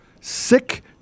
sick